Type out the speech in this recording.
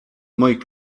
moich